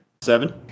Seven